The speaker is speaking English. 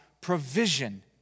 provision